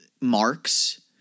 marks